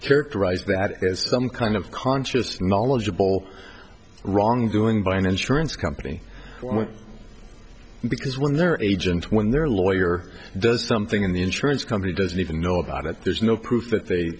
characterize that there's some kind of conscious knowledgeable wrongdoing by an insurance company because when their agent when their lawyer does something in the insurance company doesn't even know about it there's no proof that they